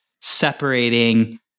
separating